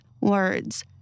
words